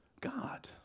God